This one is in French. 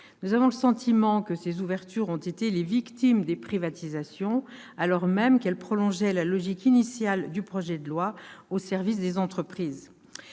Nous avons le sentiment que ces ouvertures ont été victimes des privatisations, alors qu'elles prolongeaient la logique initiale du projet de loi, au service des entreprises.